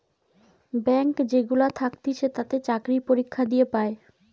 bank যেগুলা থাকতিছে তাতে চাকরি পরীক্ষা দিয়ে পায়